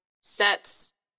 sets